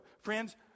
Friends